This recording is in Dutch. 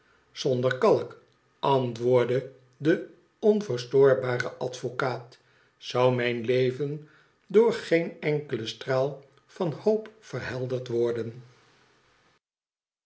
zonder kalk antwoordde de onverstoorbare advocaat zou mijn leven door geen enkelen straal van hoop verhelderd worden